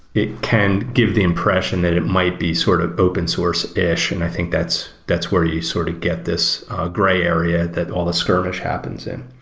it can give the impression that it might be sort of open source-ish, and i think that's that's where you sort of get this gray area that all the skirmish happens in.